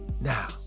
Now